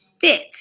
fit